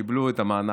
קיבלו את המענק.